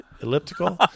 elliptical